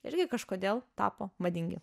irgi kažkodėl tapo madingi